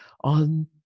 on